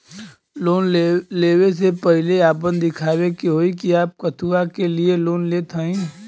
Loan ले वे से पहिले आपन दिखावे के होई कि आप कथुआ के लिए लोन लेत हईन?